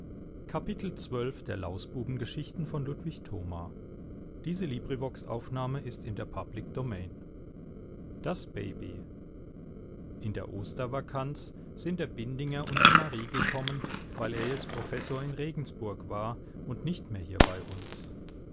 das baby in der ostervakanz sind der bindinger und die marie gekommen weil er jetzt professor in regensburg war und nicht mehr hier bei uns